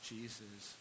Jesus